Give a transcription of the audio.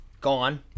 Gone